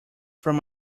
from